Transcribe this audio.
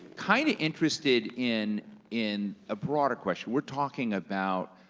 kind of interested in in a broader question. we're talking about